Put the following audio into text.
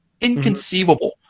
inconceivable